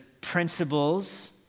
principles